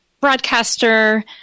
broadcaster